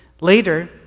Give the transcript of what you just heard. Later